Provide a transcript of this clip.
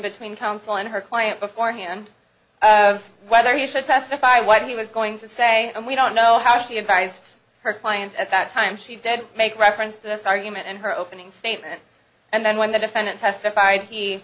between counsel and her client beforehand whether he should testify what he was going to say and we don't know how she advised her client at that time she did make reference to this argument and her opening statement and then when the defendant testified he